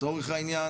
לצורך העניין,